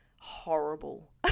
horrible